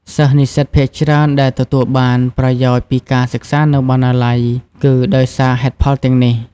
សិស្សនិស្សិតភាគច្រើនដែលទទួលបានប្រយោជន៍ពីការសិក្សានៅបណ្ណាល័យ គឺដោយសារហេតុផលទាំងនេះ។